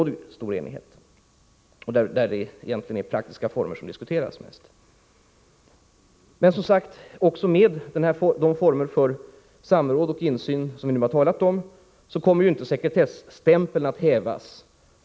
Det är egentligen mest praktiska former som diskuteras. Men inte heller med de former för samråd och insyn som vi nu har talat om, kommer sekretesstämpeln att hävas.